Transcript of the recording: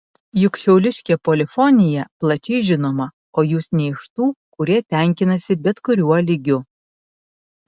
juk šiauliškė polifonija plačiai žinoma o jūs ne iš tų kurie tenkinasi bet kuriuo lygiu